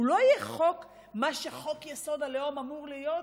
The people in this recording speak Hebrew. הוא לא יהיה חוק מה שחוק-יסוד: הלאום אמור להיות,